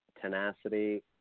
tenacity